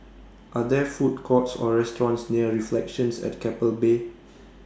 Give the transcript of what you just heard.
Are There Food Courts Or restaurants near Reflections At Keppel Bay